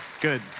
good